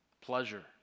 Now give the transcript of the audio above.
pleasure